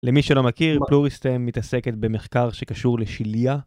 למי שלא מכיר, פלוריסטה מתעסקת במחקר שקשור לשיליה